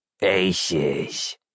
Aces